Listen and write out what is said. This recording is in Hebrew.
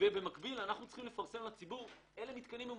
אנחנו צריכים לפרסם לציבור את המתקנים המורשים.